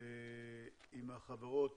עם החברות